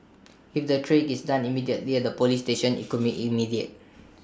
if the triage is done immediately at the Police station IT could be immediate